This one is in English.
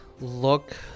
look